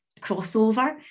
crossover